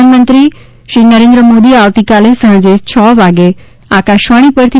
પ્રધાનમંત્રી નરેન્દ્ર મોદી આવતીકાલે સાંજે છ વાગે આકાશવાણી પરથી